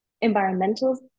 Environmental